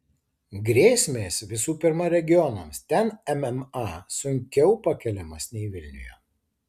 grėsmės visų pirma regionams ten mma sunkiau pakeliamas nei vilniuje